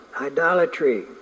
Idolatry